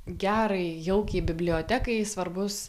gerai jaukiai bibliotekai svarbus